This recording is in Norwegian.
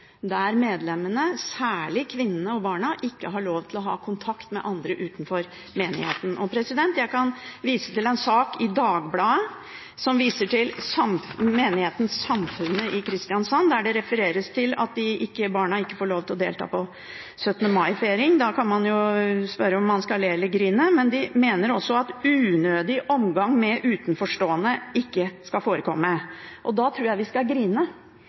der medlemmene – særlig kvinnene og barna – ikke har lov til å ha kontakt med andre utenfor menigheten. Jeg kan vise til en sak i Dagbladet om menigheten Samfundet i Kristiansand, der det refereres til at barna ikke får lov til å delta på 17. mai-feiring. Da kan man spørre om man skal le eller grine. De mener også at «unødig omgang med utenforstående» ikke skal forekomme. Da tror jeg vi skal